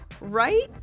Right